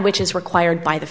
which is required by the